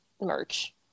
merch